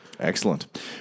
Excellent